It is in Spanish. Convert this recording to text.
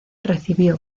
recibió